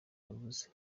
avuze